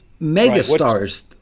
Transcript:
megastars